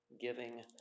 giving